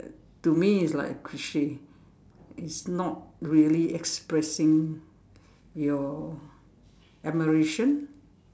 to me it's like a cliche it's not really expressing your admiration